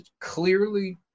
clearly